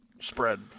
spread